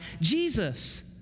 Jesus